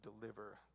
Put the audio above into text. deliver